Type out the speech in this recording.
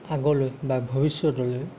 আগলৈ বা ভৱিষ্যতলৈ